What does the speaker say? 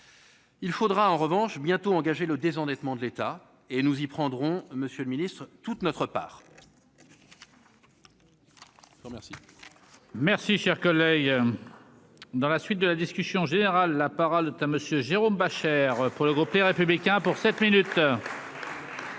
Il faudra en revanche bientôt engager le désendettement de l'État et nous y prendrons Monsieur le Ministre, toute notre part. Je vous remercie. Merci, cher collègue, dans la suite de la discussion générale, la parole est à monsieur Jérôme Bascher pour le groupe Les Républicains pour sept minutes. Monsieur